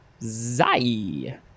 zai